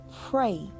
pray